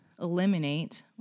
eliminate